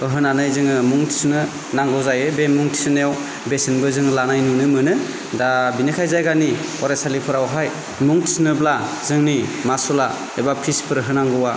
होनानै जोङो मुं थिसननांगौ जायो मुं थिसननायाव जों बेसेनबो लानाय नुनो मोनो दा बिनिखाय जायगानि फरायसालिफोराव मुं थिसनोब्ला जोंनि मासुला एबा फिसफोर होनांगौआ